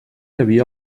havia